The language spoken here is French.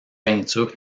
peinture